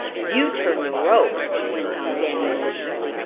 you turned the rope, went on danny maliciously.